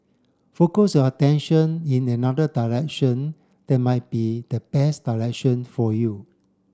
focus your attention in another direction that might be the best direction for you